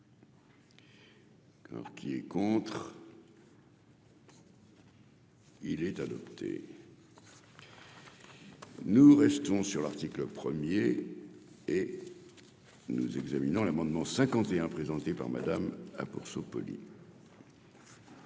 Alors qu'il est contre. Il est adopté. Nous restons sur l'article 1er et nous examinons l'amendement 51 présenté par Madame ah, pour s'opposer.